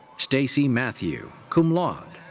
stacy mathew cum laude.